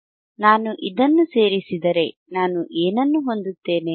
ಆದ್ದರಿಂದ ನಾನು ಇದನ್ನು ಸೇರಿಸಿದರೆ ನಾನು ಏನನ್ನು ಹೊಂದುತ್ತೇನೆ